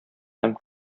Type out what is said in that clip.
һәм